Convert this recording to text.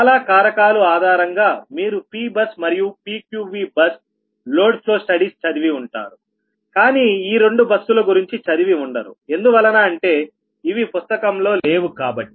చాలా కారకాలు ఆధారంగా మీరు Pబస్ మరియు PQVబస్ లోడ్ ఫ్లో స్టడీస్ చదివి ఉంటారు కానీ ఈ రెండు బస్సులు గురించి చదివి ఉండరు ఎందువలన అంటే ఇవి పుస్తకంలో లేవు కాబట్టి